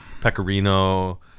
Pecorino